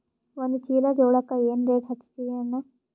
ಒಂದ ಚೀಲಾ ಜೋಳಕ್ಕ ಏನ ರೇಟ್ ಹಚ್ಚತೀರಿ ಅಣ್ಣಾ?